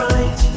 Right